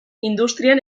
industrian